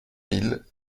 mille